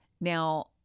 Now